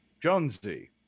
Jonesy